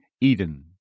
Eden